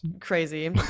Crazy